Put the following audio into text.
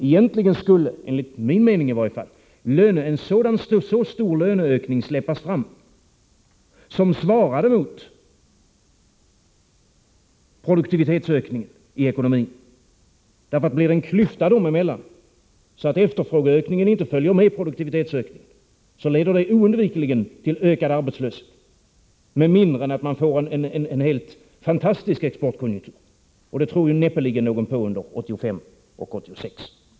Egentligen skulle, i varje fall enligt min mening, en så stor löneökning släppas fram som svarade mot produktivitetsökningen i ekonomin. Blir det en klyfta dem emellan, så att efterfrågan inte följer med produktivitetsökningen, leder det oundvikligen till ökad arbetslöshet, såvida man inte får en helt fantastisk exportkonjunktur. Och det tror ju näppeligen någon på under 1985 och 1986.